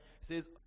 says